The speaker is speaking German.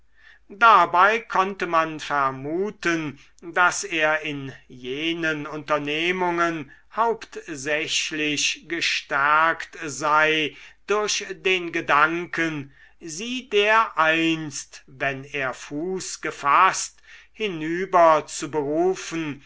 dabei konnte man vermuten daß er in jenen unternehmungen hauptsächlich gestärkt sei durch den gedanken sie dereinst wenn er fuß gefaßt hinüber zu